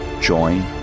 Join